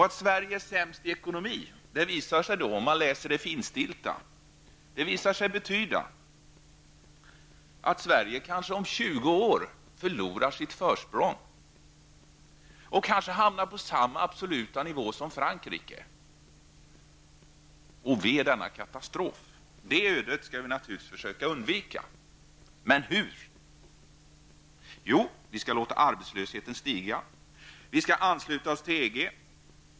Att Sverige är sämst i ekonomi visar sig, om man läser det finstilta, betyda att Sverige om kanske 20 år förlorar sitt försprång och hamnar på samma absoluta nivå som Frankrike. Ve denna katastrof! Det ödet skall vi naturligtvis försöka undvika. Men hur? Jo, vi skall låta arbetslösheten stiga. Vi skall ansluta oss till EG.